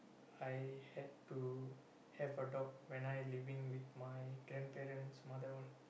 I had to have a dog when I living with my grandparents mother all